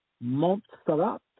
Montserrat